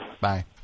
Bye